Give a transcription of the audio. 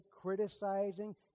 criticizing